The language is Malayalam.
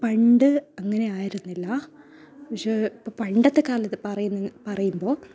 പണ്ട് അങ്ങനെ ആയിരുന്നില്ല പക്ഷേ ഇപ്പം പണ്ടത്തെക്കാലത്ത് പറയുന്ന പറയുമ്പോൾ